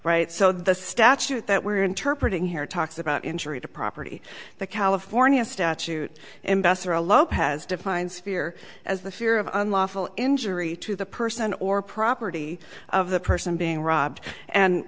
rights so the statute that we're interpret in here talks about injury to property the california statute investor a lopez defined sphere as the fear of unlawful injury to the person or property of the person being robbed and